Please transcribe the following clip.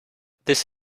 this